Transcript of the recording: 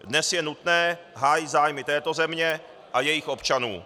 Dnes je nutné hájit zájmy této země a jejích občanů.